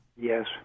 Yes